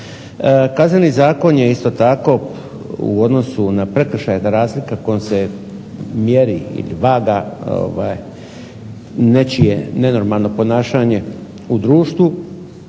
Kazneni zakon je isto tako u odnosu na prekršaje ta razlika kojom se mjeri i vaga nečije nenormalno ponašanje u društvu